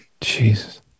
Jesus